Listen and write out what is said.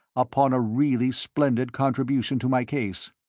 upon a really splendid contribution to my case.